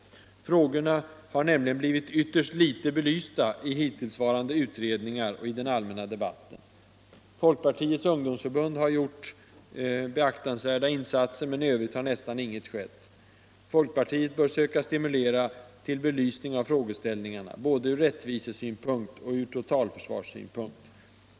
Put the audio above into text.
Frågorna har nämligen blivit ytterst litet belysta i hittillsvarande utredningar och i den allmänna debatten. Folkpartiets ungdomsförbund har gjort beaktansvärda insatser men i övrigt har nästan inget skett. Folkpartiet bör söka stimulera till belysning av frågeställningarna, både ur rättvisesynpunkt och ur totalförsvarssynpunkt.